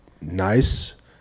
nice